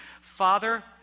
Father